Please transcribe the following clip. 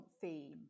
theme